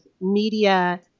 media